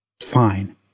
fine